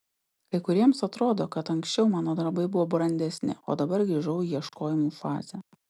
kai kuriems atrodo kad anksčiau mano darbai buvo brandesni o dabar grįžau į ieškojimų fazę